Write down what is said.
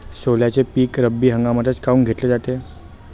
सोल्याचं पीक रब्बी हंगामातच काऊन घेतलं जाते?